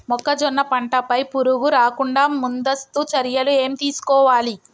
మొక్కజొన్న పంట పై పురుగు రాకుండా ముందస్తు చర్యలు ఏం తీసుకోవాలి?